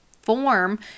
form